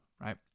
right